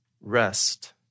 rest